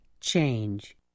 change